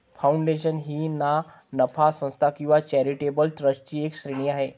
foundation ही ना नफा संस्था किंवा चॅरिटेबल ट्रस्टची एक श्रेणी आहे